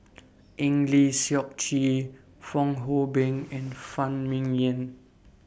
Eng Lee Seok Chee Fong Hoe Beng and Phan Ming Yen